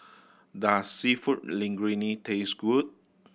does Seafood Linguine taste good